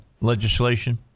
legislation